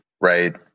right